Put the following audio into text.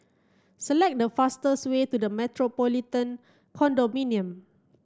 select the fastest way to The Metropolitan Condominium